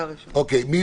אין